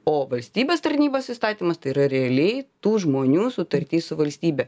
o valstybės tarnybos įstatymas tai yra realiai tų žmonių sutartis su valstybe